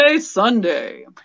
Sunday